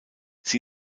sie